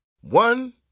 One